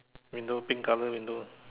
window pink colored window